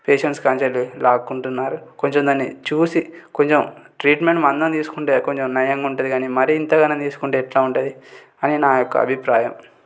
patients కాన్చెల్లి లాక్కుంటున్నారు కొంచెం దాన్ని చూసి కొంచెం ట్రీట్మెంట్ మందం తీసుకుంటే కొంచెం నయంగా ఉంటుంది కానీ మరి ఇంతగానం తీసుకుంటే ఎట్లా ఉంటుంది అని నా యొక్క అభిప్రాయం